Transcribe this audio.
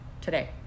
today